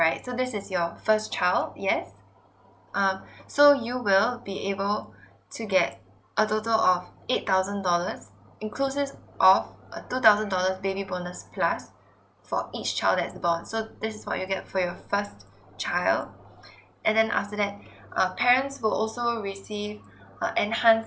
right so this is your first child yes um so you will be able to get a total of eight thousand dollars include this of a two thousand dollar baby bonus plus for each child that's born so this what you get for your first child and then after that uh parents will also receive a enhance